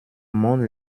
mond